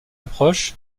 approche